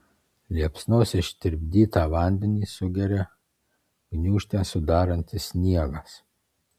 liepsnos ištirpdytą vandenį sugeria gniūžtę sudarantis sniegas